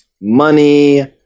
money